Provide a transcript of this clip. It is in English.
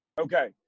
Okay